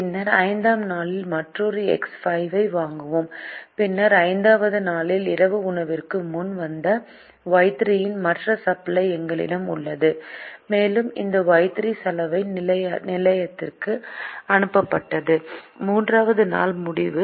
பின்னர் 5 ஆம் நாளில் மற்றொரு எக்ஸ் 5 ஐ வாங்குவோம் பின்னர் 5 வது நாளில் இரவு உணவிற்கு முன் வந்த Y3 இன் மற்ற சப்ளை எங்களிடம் உள்ளது மேலும் இந்த Y3 சலவை நிலையத்திற்கு அனுப்பப்பட்டது 3 வது நாள் முடிவு